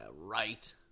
right